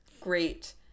Great